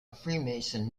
freemason